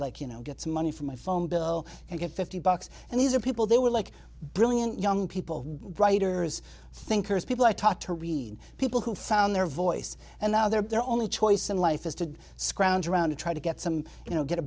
like you know get some money for my phone bill and get fifty bucks and these are people they were like brilliant young people writers thinkers people i talked to read people who found their voice and now their only choice in life is to scrounge around to try to get some you know get a